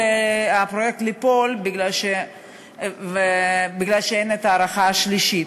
הפרויקט יכול ליפול בגלל שאין את ההארכה השלישית.